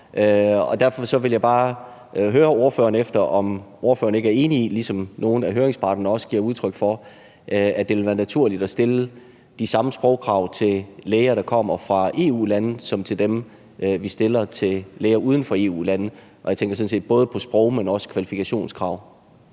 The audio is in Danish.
derfor vil jeg bare høre ordføreren efter, om ordføreren ikke er enig i, hvad nogle af høringsparterne også giver udtryk for, nemlig at det ville være naturligt at stille de samme sprogkrav til læger, der kommer fra EU-lande, som dem, vi stiller til læger uden for EU-lande. Og jeg tænker sådan set både på det sproglige, men også på kvalifikationskrav.